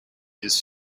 his